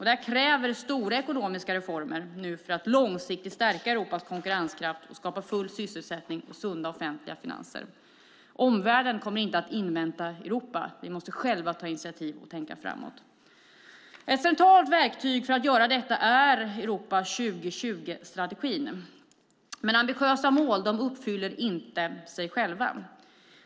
Det krävs nu stora ekonomiska reformer för att långsiktigt stärka Europas konkurrenskraft och skapa full sysselsättning och sunda offentliga finanser. Omvärlden kommer inte att invänta Europa. Vi måste själva ta initiativ och tänka framåt. Ett centralt verktyg för att göra detta är Europa 2020-strategin. Men ambitiösa mål uppfyller inte sig själva.